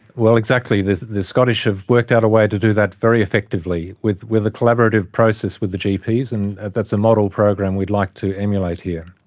well, exactly. the scottish have worked out a way to do that very effectively with with a collaborative process with the gps, and that's a model program we'd like to emulate here.